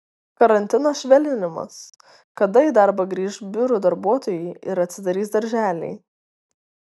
karantino švelninimas kada į darbą grįš biurų darbuotojai ir atsidarys darželiai